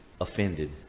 offended